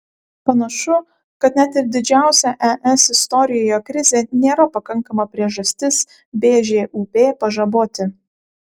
panašu kad net ir didžiausia es istorijoje krizė nėra pakankama priežastis bžūp pažaboti